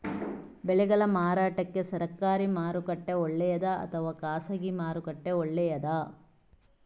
ಬೆಳೆಗಳ ಮಾರಾಟಕ್ಕೆ ಸರಕಾರಿ ಮಾರುಕಟ್ಟೆ ಒಳ್ಳೆಯದಾ ಅಥವಾ ಖಾಸಗಿ ಮಾರುಕಟ್ಟೆ ಒಳ್ಳೆಯದಾ